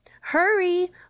Hurry